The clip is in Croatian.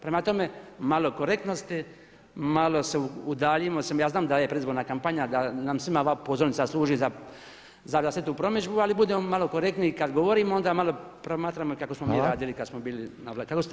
Prema tome, malo korektnosti, malo udaljimo se, ja znam da je predizborna kampanja da nam svima ova pozornica služi za vlastitu promidžbu, ali budimo malo korektniji kada govorimo onda malo promatrajmo kako ste vi radili kada ste bili na vlasti.